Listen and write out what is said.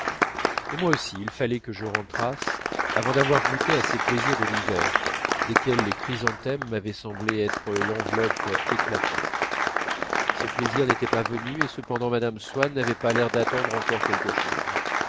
et moi aussi il fallait que je rentrasse avant d'avoir goûté à ces plaisirs de l'hiver desquels les chrysanthèmes m'avaient semblé être l'enveloppe éclatante ces plaisirs n'étaient pas venus et cependant mme swann n'avait pas l'air d'attendre encore quelque chose